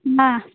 नहि